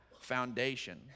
foundation